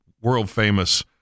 world-famous